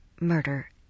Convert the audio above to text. murder